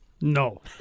No